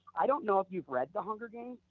i don't know if you've read the hunger games,